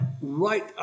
right